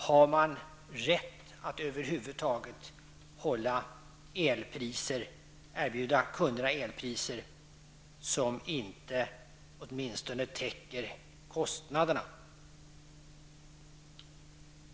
Har Sverige rätt att över huvud taget erbjuda kunderna elpriser som inte åtminstone täcker kostnaderna?